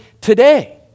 today